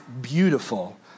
beautiful